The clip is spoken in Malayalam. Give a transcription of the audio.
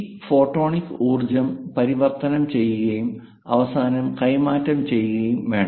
ഈ ഫോട്ടോണിക് ഊർജ്ജം പരിവർത്തനം ചെയ്യുകയും അവസാനം കൈമാറ്റം ചെയ്യുകയും വേണം